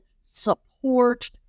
support